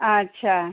अच्छा